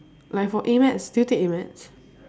like for A maths did you take A maths